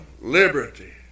liberty